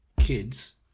kids